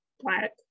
black